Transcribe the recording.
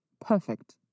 Perfect